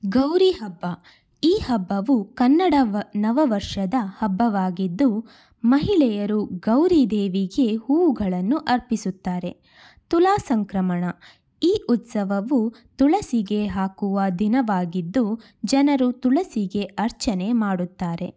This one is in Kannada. ಗೌರಿ ಹಬ್ಬ ಈ ಹಬ್ಬವು ಕನ್ನಡ ವ ನವ ವರ್ಷದ ಹಬ್ಬವಾಗಿದ್ದು ಮಹಿಳೆಯರು ಗೌರಿ ದೇವಿಗೆ ಹೂವುಗಳನ್ನು ಅರ್ಪಿಸುತ್ತಾರೆ ತುಲಾ ಸಂಕ್ರಮಣ ಈ ಉತ್ಸವವು ತುಳಸಿಗೆ ಹಾಕುವ ದಿನವಾಗಿದ್ದು ಜನರು ತುಳಸಿಗೆ ಅರ್ಚನೆ ಮಾಡುತ್ತಾರೆ